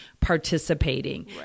participating